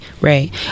right